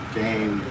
game